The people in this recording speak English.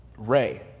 Ray